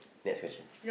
next question